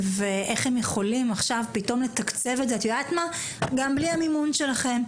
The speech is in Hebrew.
ואיך הן יכולות עכשיו לתקצב את זה גם בלי המימון שלכם.